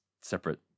separate